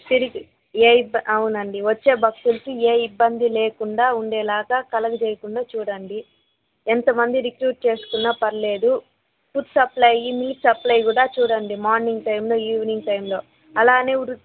తిరిగి ఏ ఇబ్బం అవునండి వచ్చే భక్తులకి ఏ ఇబ్బంది లేకుండా ఉండేలాగా కలగజేయకుండా చూడండి ఎంత మంది రిక్రూట్ చేసుకున్న పర్లేదు ఫుడ్ సప్లై నీటి సప్లై కూడా చూడండి మార్నింగ్ టైమ్లో ఈవినింగ్ టైమ్లో అలానే వృ